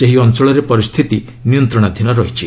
ସେହି ଅଞ୍ଚଳରେ ପରିସ୍ଥିତି ନିୟନ୍ତ୍ରଣାଧୀନ ରହିଛି